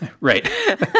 Right